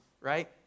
right